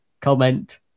comment